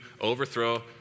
overthrow